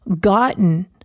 gotten